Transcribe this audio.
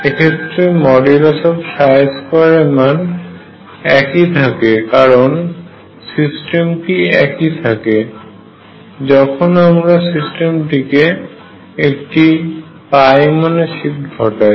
এক্ষেত্রে 2 এর মান একই থাকে কারণ সিস্টমটি একই থাকে যখন আমারা সিস্টেমেটিক একটি π এর মানে শিফট ঘটায়